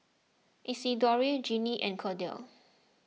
Isidore Jeannine and Cordell